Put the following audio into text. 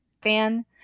fan